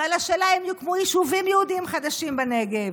ועל השאלה אם יוקמו יישובים יהודיים חדשים בנגב,